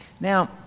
Now